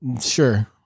sure